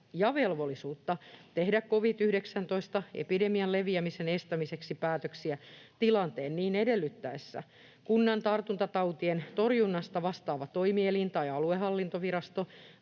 ja velvollisuutta tehdä covid-19-epidemian leviämisen estämiseksi päätöksiä tilanteen niin edellyttäessä. Kunnan tartuntatautien torjunnasta vastaava toimielin tai aluehallintovirasto